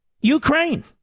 Ukraine